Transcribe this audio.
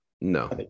No